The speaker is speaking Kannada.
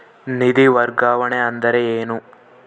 ನಿಧಿ ವರ್ಗಾವಣೆ ಅಂದರೆ ಏನು?